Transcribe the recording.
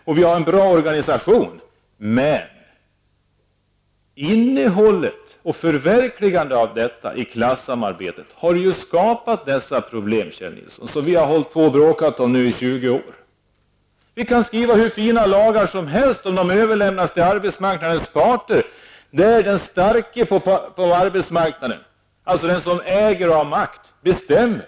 Organisationen är bra men innehållet och förverkligandet av detta i klassamarbetet har skapat dessa problem, Kjell Nilsson, som vi har bråkat om nu i 20 år. Vi skriver fina lagar, men sedan överlämnas de till arbetsmarknadens parter, och på arbetsmarknaden är det den som äger och har makt som bestämmer.